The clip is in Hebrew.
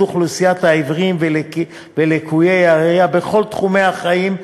אוכלוסיית העיוורים ולקויי הראייה בכל תחומי החיים,